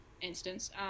instance